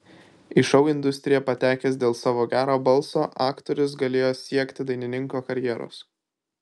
į šou industriją patekęs dėl savo gero balso aktorius galėjo siekti dainininko karjeros